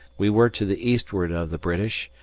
we were to the eastward of the british,